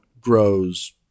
grows